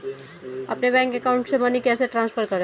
अपने bank account से money कैसे ट्रांसफर करें?